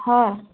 হয়